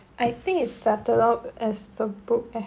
I think it started out as a book eh